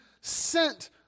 sent